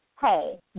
hey